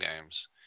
games